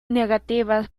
negativas